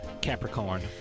Capricorn